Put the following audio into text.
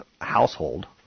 household